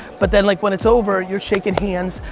but then like when it's over, you're shaking hands.